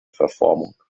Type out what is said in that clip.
verformung